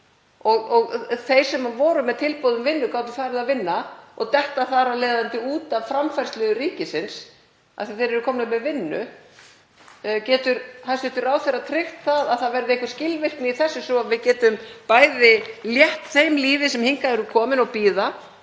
og þeir sem voru með tilboð um vinnu gátu farið að vinna og duttu þar af leiðandi út af framfærslu ríkisins af því að þeir voru komnir með vinnu. Getur hæstv. ráðherra tryggt að það verði einhver skilvirkni í þessu svo við getum bæði létt þeim lífið sem hingað eru komin og bíða